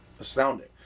astounding